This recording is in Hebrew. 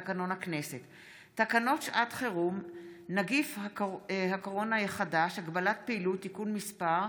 הצעת חוק להסדרת רעיית דבורים וייצור דבש,